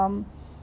um